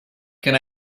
can